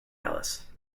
alice